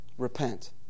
repent